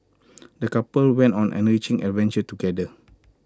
the couple went on an enriching adventure together